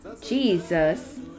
Jesus